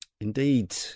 Indeed